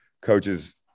coaches